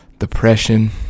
Depression